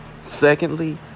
Secondly